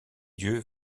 dieu